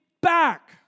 back